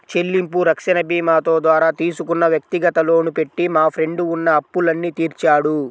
చెల్లింపు రక్షణ భీమాతో ద్వారా తీసుకున్న వ్యక్తిగత లోను పెట్టి మా ఫ్రెండు ఉన్న అప్పులన్నీ తీర్చాడు